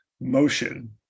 motion